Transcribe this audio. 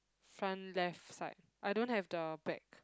front left side I don't have the bag